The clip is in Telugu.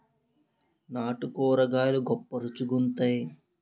నాటు కూరగాయలు గొప్ప రుచి గుంత్తై